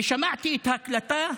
ושמעתי את ההקלטה.